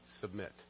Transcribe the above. submit